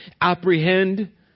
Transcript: apprehend